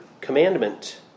commandment